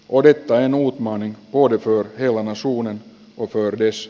uudet tai nuut monen vuoden työ jolla masuunin orres